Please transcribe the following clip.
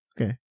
Okay